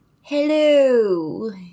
Hello